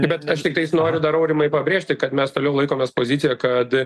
bet aš tiktais noriu dar aurimai pabrėžti kad mes toliau laikomės poziciją kad